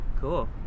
Cool